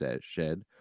shed